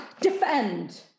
defend